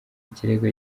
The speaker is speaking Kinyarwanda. ikirego